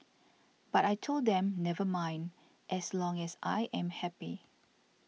but I told them never mind as long as I am happy